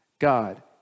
God